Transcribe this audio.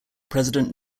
president